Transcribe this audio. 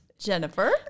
Jennifer